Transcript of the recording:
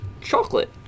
chocolate